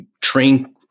train